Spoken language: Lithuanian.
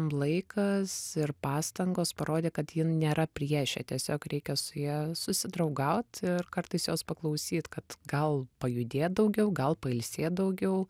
laikas ir pastangos parodė kad ji nėra priešė tiesiog reikia su ja susidraugaut ir kartais jos paklausyt kad gal pajudėt daugiau gal pailsėt daugiau